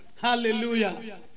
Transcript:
Hallelujah